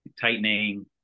tightening